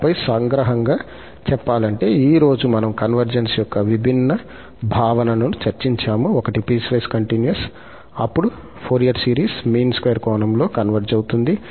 ఆపై సంగ్రహంగా చెప్పాలంటే ఈ రోజు మనం కన్వర్జెన్స్ యొక్క విభిన్న భావనను చర్చించాము ఒకటి పీస్ వైస్ కంటిన్యూస్ అప్పుడు ఫోరియర్ సిరీస్ మీన్ స్క్వేర్ కోణంలో కన్వర్జ్ అవుతుంది